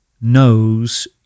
knows